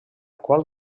qual